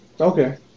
Okay